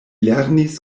lernis